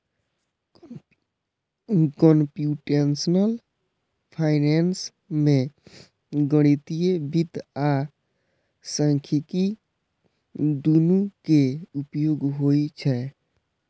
computational finance मे गणितीय वित्त आ सांख्यिकी, दुनू के उपयोग होइ छै